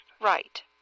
Right